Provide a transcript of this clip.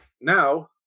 Now